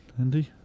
Andy